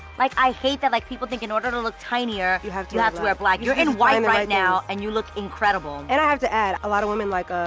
like, i hate that like people think in order to look tinier you have to have to wear black, you're in white and right now and you look incredible. and i have to add, a lot of women like, ah